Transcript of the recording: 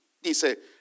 Dice